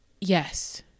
yes